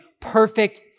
perfect